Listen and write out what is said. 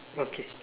okay